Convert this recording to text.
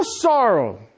sorrow